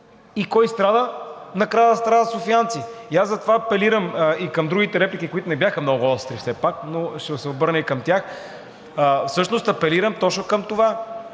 и кой страда? Накрая страдат софиянци. Аз затова апелирам и към другите реплики, които не бяха много остри все пак, но ще се обърна и към тях, всъщност апелирам точно към това